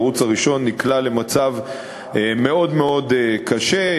הערוץ הראשון נקלע למצב מאוד מאוד קשה,